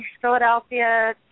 Philadelphia